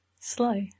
Slow